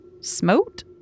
smote